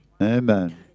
Amen